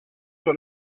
sur